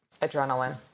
Adrenaline